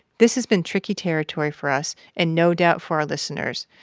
this has been tricky territory for us and no doubt for our listeners,